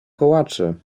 kołaczy